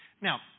Now